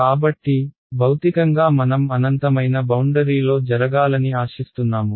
కాబట్టి భౌతికంగా మనం అనంతమైన బౌండరీలో జరగాలని ఆశిస్తున్నాము